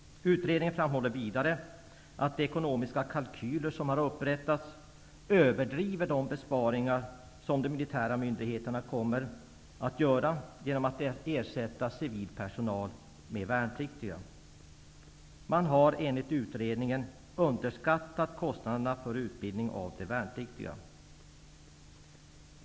Utredningen framhåller vidare att de ekonomiska kalkyler som har upprättats överdriver de besparingar som de militära myndigheterna kommer att göra genom att ersätta civil personal med värnpliktiga. Man har -- enligt utredningen -- underskattat kostnaderna för utbildning av de värnpliktiga.